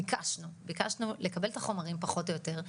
ביקשנו לקבל את החומרים פחות או יותר,